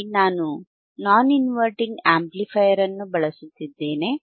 ಇಲ್ಲಿ ನಾನು non inverting amplifier ಅನ್ನು ಬಳಸುತ್ತಿದ್ದೇನೆ